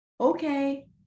Okay